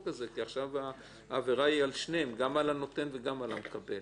הזה כי עכשיו העבירה היא על שניהם גם על הנותן וגם על המקבל.